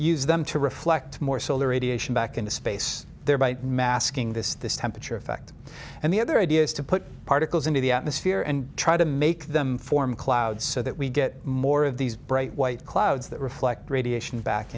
use them to reflect more solar radiation back into space thereby masking this this temperature effect and the other idea is to put particles into the atmosphere and try to make them form clouds so that we get more of these bright white clouds that reflect radiation back